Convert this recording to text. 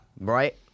Right